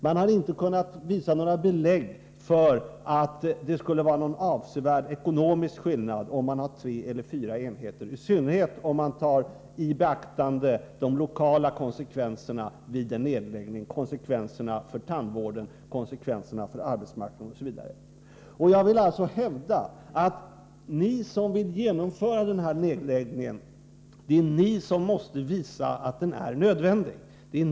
Det har alltså inte kunnat beläggas att det är någon avsevärd skillnad vare sig det finns tre eller fyra enheter, i synnerhet om man tar i beaktande de lokala konsekvenserna för tandvården, för arbetsmarknaden osv. vid en nedläggning. Jag hävdar att ni som vill genomföra denna nedläggning måste visa att den är nödvändig.